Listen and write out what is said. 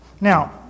Now